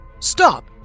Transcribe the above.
Stop